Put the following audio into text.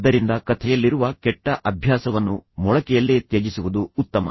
ಆದ್ದರಿಂದ ಕಥೆಯಲ್ಲಿರುವ ಕೆಟ್ಟ ಅಭ್ಯಾಸವನ್ನು ಮೊಳಕೆಯಲ್ಲೇ ತ್ಯಜಿಸುವುದು ಉತ್ತಮ